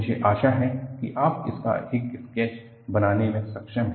मुझे आशा है कि आप इसका एक स्केच बनाने में सक्षम हैं